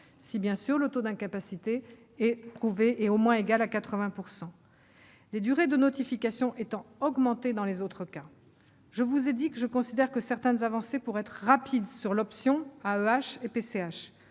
si son taux d'incapacité est au moins égal à 80 %, les durées de notification étant augmentées dans les autres cas. Je vous ai dit que je considère que certaines avancées pouvaient être rapides sur l'option AEEH et PCH.